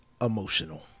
emotional